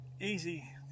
easy